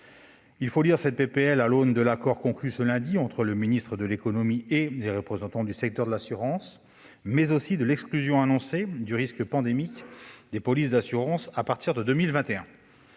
Il faut lire cette proposition de loi à l'aune de l'accord conclu ce lundi entre le ministre de l'économie et les représentants du secteur de l'assurance, mais aussi de l'exclusion annoncée du risque pandémique des polices d'assurance à partir de 2021.